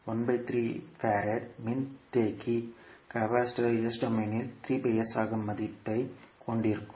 13 F farad மின்தேக்கி s டொமைனில் 3 s ஆக மதிப்பைக் கொண்டிருக்கும்